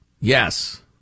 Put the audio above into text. Yes